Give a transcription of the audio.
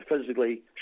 physically